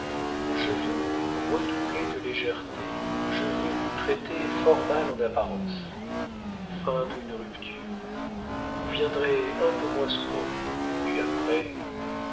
je veux redoubler de légèreté je veux vous traiter fort mal en apparence feindre une rupture vous viendrez un peu moins souvent et puis après